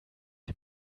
dem